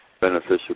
Beneficial